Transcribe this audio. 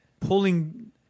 pulling